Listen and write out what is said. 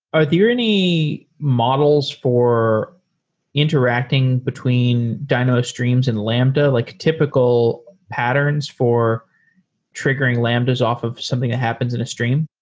are there any models for interacting between dynamo streams and lambda, like typical patterns for triggering lambdas off of something that happens in a stream?